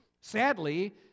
Sadly